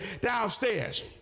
downstairs